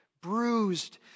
bruised